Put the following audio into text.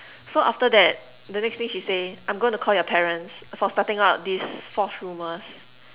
so after that the next thing she say I'm gonna call your parents for starting out these false rumours